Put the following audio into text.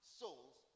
souls